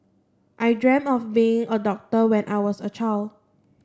I dreamt of being a doctor when I was a child